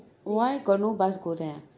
why got no bus go there ah